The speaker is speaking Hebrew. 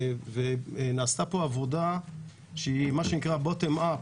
נעשתה פה עבודה שהיא Bottom-up.